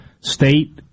State